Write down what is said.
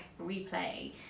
replay